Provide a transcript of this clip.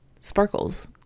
sparkles